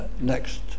next